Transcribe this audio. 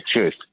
truth